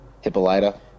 Hippolyta